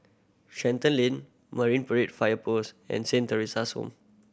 Shenton Lane Marine Parade Fire Post and Saint Theresa's Home